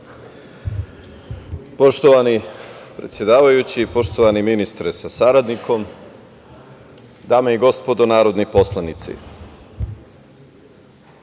Poštovani predsedavajući, poštovani ministre sa saradnikom, dame i gospodo narodni poslanici,